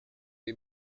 des